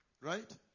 Right